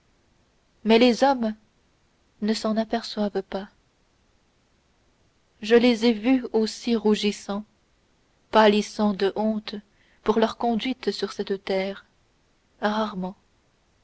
mais les hommes ne s'en aperçoivent pas je les ai vus aussi rougissant pâlissant de honte pour leur conduite sur cette terre rarement